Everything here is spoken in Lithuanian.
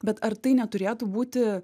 bet ar tai neturėtų būti